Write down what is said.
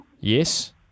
yes